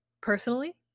Personally